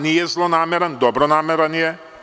Nije zlonameran, dobronameran je.